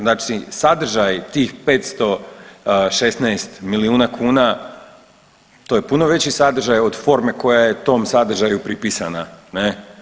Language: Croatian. Znači sadržaj tih 516 milijuna kuna to je puno veći sadržaj od forme koja je tom sadržaju pripisana, ne.